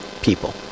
people